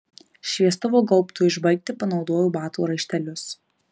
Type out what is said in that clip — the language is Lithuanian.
šviestuvo gaubtui užbaigti panaudojo batų raištelius